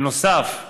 בנוסף,